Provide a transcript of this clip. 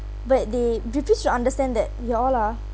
but they they refuse to understand that you all are